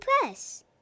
Press